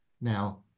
Now